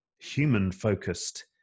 human-focused